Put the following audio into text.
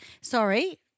Sorry